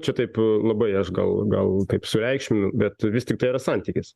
čia taip labai aš gal gal taip sureikšminu bet vis tik tai yra santykis